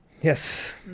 Yes